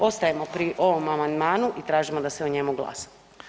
Ostajemo pri ovom amandmanu i tražimo da se o njemu glasa.